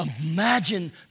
Imagine